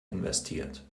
investiert